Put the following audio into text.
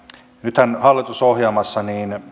nythän hallitusohjelmassa